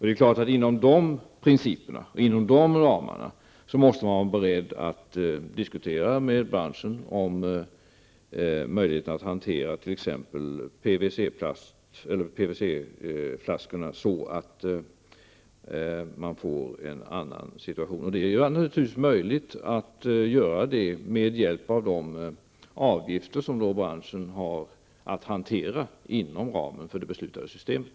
Det är klart att man med de principerna och inom de ramarna måste vara beredd att diskutera med branschen om möjligheten att hantera t.ex. PVC flaskorna så att man får en annan situation. Det är naturligtvis möjligt att göra detta med hjälp av de avgifter som branschen har att hantera inom ramen för det beslutade systemet.